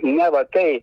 neva tai